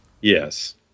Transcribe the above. Yes